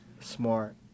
smart